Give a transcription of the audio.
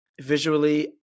visually